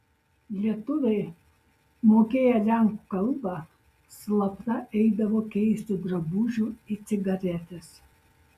lietuviai mokėję lenkų kalbą slapta eidavo keisti drabužių į cigaretes